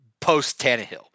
post-Tannehill